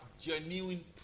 genuine